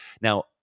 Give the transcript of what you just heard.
now